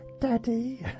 daddy